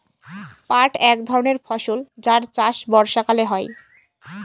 পাট এক ধরনের ফসল যার চাষ বর্ষাকালে হয়